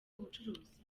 ubucuruzi